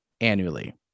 annually